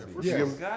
Yes